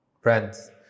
Friends